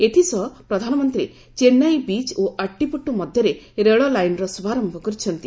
ଏଥିସହ ପ୍ରଧାନମନ୍ତ୍ରୀ ଚେନ୍ନାଇ ବିଚ୍ ଓ ଆଟ୍ଟିପଟୁ ମଧ୍ୟରେ ରେଳ ଲାଇନ୍ର ଶ୍ରଭାରମ୍ଭ କରିଛନ୍ତି